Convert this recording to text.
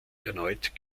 erneut